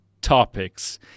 topics